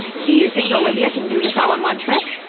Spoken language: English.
do you think olivia can do this all in one trip?